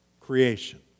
creation